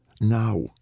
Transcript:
Now